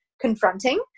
confronting